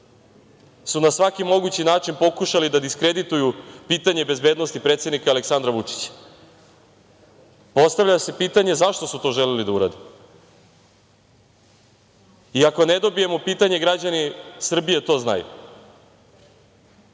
su na svaki mogući način pokušale da diskredituju pitanje bezbednosti predsednika Aleksandra Vučića. Postavlja se pitanje zašto su to želeli da urade? I ako ne dobijemo odgovor na pitanje, građani Srbije to znaju. Ali,